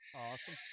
awesome